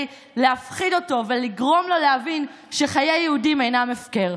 להפחיד אותו ולגרום לו להבין שחיי יהודים אינם הפקר.